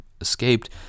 escaped